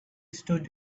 stood